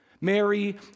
Mary